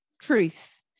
truth